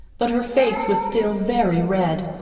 but her face was still very red.